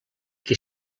qui